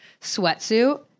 sweatsuit